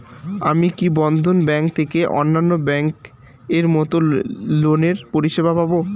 আমি কি বন্ধন ব্যাংক থেকে অন্যান্য ব্যাংক এর মতন লোনের পরিসেবা পাব?